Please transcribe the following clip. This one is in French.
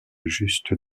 justes